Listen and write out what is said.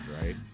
right